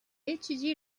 étudie